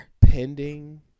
pending